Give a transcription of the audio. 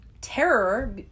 terror